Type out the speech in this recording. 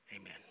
Amen